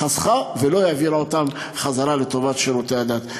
חסכה ולא העבירה אותם חזרה לטובת שירותי הדת.